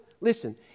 listen